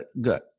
good